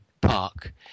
park